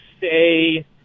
say